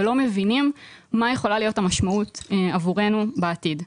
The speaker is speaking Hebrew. ולא מבינים מה יכולה להיות המשמעות עבורנו בעתיד.